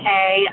Hey